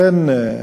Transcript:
וכן,